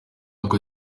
uko